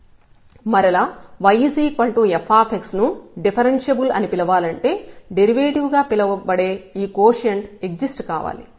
మరలా yf ను differentiable అని పిలవాలంటే డెరివేటివ్ గా పిలువబడే ఈ కోషెంట్ ఎగ్జిస్ట్ కావాలి